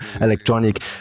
electronic